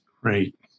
Great